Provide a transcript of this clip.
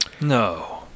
No